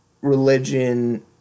religion